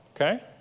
Okay